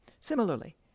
Similarly